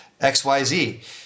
XYZ